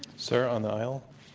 sir on the aisle?